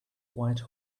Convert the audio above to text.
white